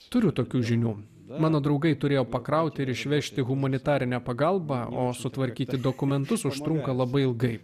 turiu tokių žinių mano draugai turėjo pakrauti ir išvežti humanitarinę pagalbą o sutvarkyti dokumentus užtrunka labai ilgai